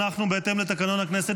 בהתאם לתקנון הכנסת,